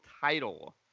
title